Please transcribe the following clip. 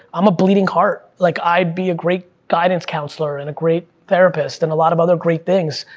i'm a bleeding heart, like i'd be a great guidance councilor, and a great therapist, and a lot of other great things.